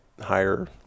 higher